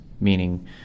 meaning